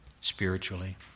spiritually